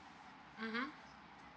mmhmm